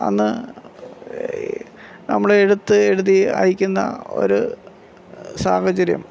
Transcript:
അന്ന് നമ്മൾ എഴുത്ത് എഴുതി അയയ്ക്കുന്ന ഒരു സാഹചര്യം